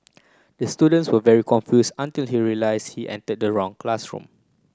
the student was very confused until he realised he entered the wrong classroom